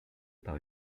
par